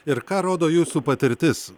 ir ką rodo jūsų patirtis